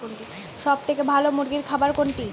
সবথেকে ভালো মুরগির খাবার কোনটি?